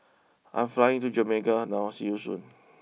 I'm flying to Jamaica now see you Soon